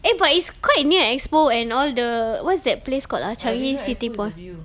eh but it's quite near EXPO and all the what's that place called ah changi city point